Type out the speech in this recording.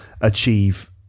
achieve